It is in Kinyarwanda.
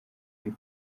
y’u